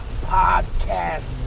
Podcast